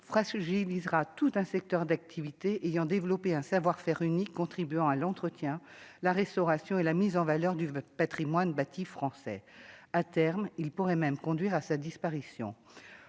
il sera tout un secteur d'activité ayant développé un savoir-faire unique contribuant à l'entretien, la restauration et la mise en valeur du Patrimoine bâti français, à terme, il pourrait même conduire à sa disparition